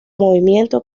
movimiento